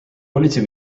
politsei